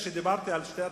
כשדיברתי על שתי התוכניות,